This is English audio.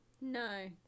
No